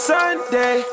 Sunday